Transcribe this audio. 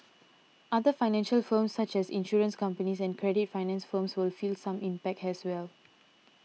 other financial firms such as insurance companies and credit finance firms will feel some impact as well